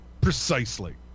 Precisely